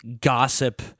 Gossip